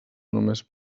només